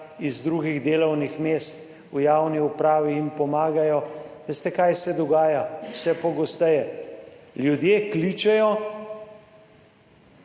iz drugih delovnih mest v javni upravi, jim pomagajo. Veste kaj se dogaja vse pogosteje? Ljudje kličejo,